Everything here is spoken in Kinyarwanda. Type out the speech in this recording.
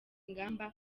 ingamba